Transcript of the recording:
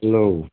hello